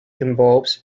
involves